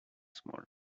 small